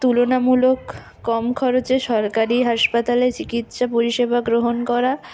তুলনামূলক কম খরচে সরকারি হাসপাতালে চিকিৎসা পরিষেবা গ্রহণ করা